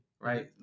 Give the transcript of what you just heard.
right